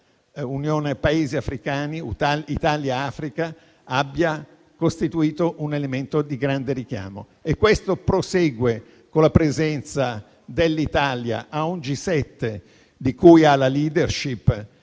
al Vertice Italia-Africa abbia costituito un elemento di grande richiamo. Questo prosegue con la presenza dell'Italia a un G7 di cui ha la *leadership*